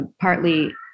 partly